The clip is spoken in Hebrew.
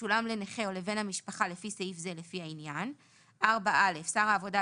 המשולם לנכה או לבן המשפחה לפי סעיף זה לפי העניין; (ב)(4א) שר העבודה,